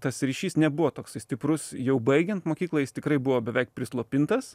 tas ryšys nebuvo toksai stiprus jau baigiant mokyklą jis tikrai buvo beveik prislopintas